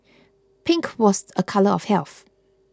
pink was a colour of health